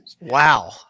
Wow